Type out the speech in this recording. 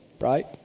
Right